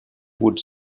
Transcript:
would